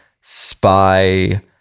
spy